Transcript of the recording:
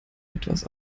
etwas